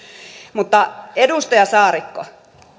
mutta edustaja saarikko